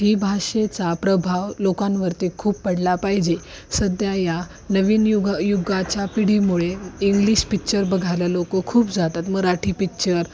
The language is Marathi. ही भाषेचा प्रभाव लोकांवरती खूप पडला पाहिजे सध्या या नवीन युग युगाच्या पिढीमुळे इंग्लिश पिच्चर बघायला लोकं खूप जातात मराठी पिच्चर